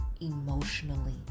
emotionally